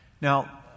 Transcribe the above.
Now